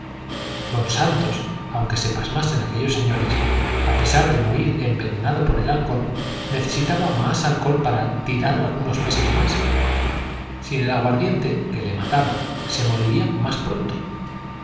don santos aunque se pasmasen aquellos señores a pesar de morir envenenado por el alcohol necesitaba más alcohol para tirar algunos meses más sin el aguardiente que le mataba se moriría más pronto